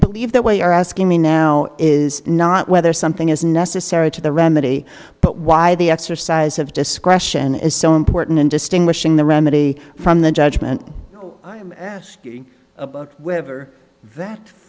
believe the way you are asking me now is not whether something is necessary to the remedy but why the exercise of discretion is so important in distinguishing the remedy from the judgment i am asking about whether that